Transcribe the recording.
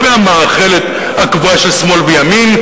על-פי המאכלת הקבועה של שמאל וימין,